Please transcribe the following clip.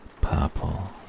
purple